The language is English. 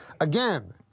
Again